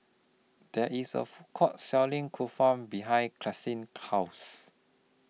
There IS A Food Court Selling Kulfi behind Caitlynn's House